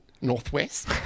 northwest